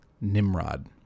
Nimrod